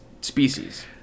species